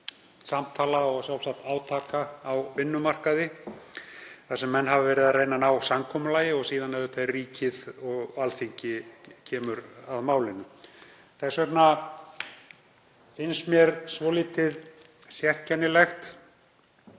samtala og sjálfsagt átaka á vinnumarkaði þar sem menn hafa verið að reyna að ná samkomulagi og síðan kemur Alþingi að málinu. Þess vegna finnst mér svolítið sérkennilegt